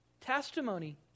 testimony